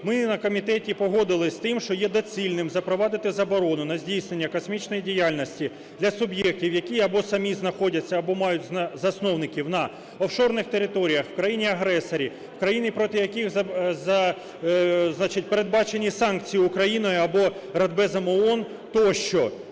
ми на комітеті погодилися з тим, що є доцільним запровадити заборону на здійснення космічної діяльності для суб'єктів, які або самі знаходяться, або мають засновників на офшорних територіях, в країні-агресорі, в країнах, проти яких, значить, передбачені санкції Україною або Радбезом ООН тощо.